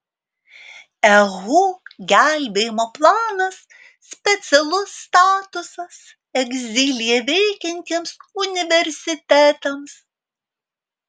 ehu gelbėjimo planas specialus statusas egzilyje veikiantiems universitetams